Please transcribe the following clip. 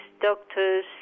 doctors